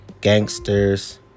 gangsters